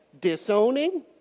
disowning